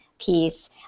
piece